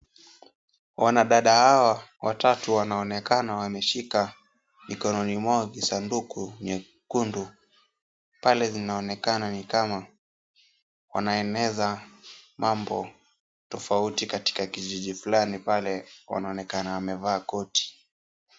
Wanadada hawa watatu wanaonekana wameshika mikononi mwao visanduku nyekundu, pale vinaonekana ni kama wanaeneza mambo tofauti katika kijiji fulani pale wanaonekana wamevaa koti.